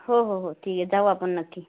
हो हो हो ठीक आहे जाऊ आपण नक्की